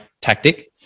tactic